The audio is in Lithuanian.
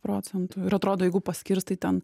procentų ir atrodo jeigu paskirstai ten